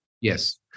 Yes